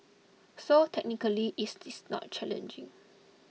so technically it's this not challenging